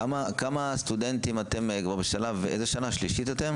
אתם כבר בשנה השלישית?